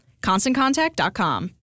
ConstantContact.com